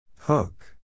Hook